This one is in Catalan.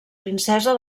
princesa